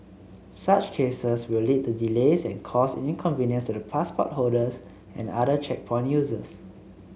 such cases will lead to delays and cause inconvenience to the passport holders and other checkpoint users